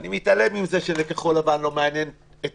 ואני מתעלם מזה שלכחול לבן לא מעניין את